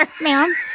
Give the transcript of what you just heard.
ma'am